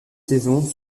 saisons